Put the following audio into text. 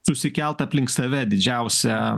susikelt aplink save didžiausią